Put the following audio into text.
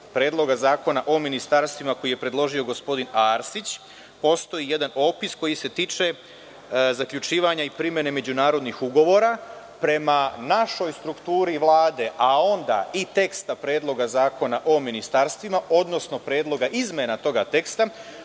Predloga zakona o ministarstvima, koji je predložio gospodin Arsić, postoji jedan opis koji se tiče zaključivanja i primene međunarodnih ugovora. Prema našoj strukturi Vlade, a onda i teksta Predloga zakona o ministarstvima, odnosno predloga izmena toga teksta,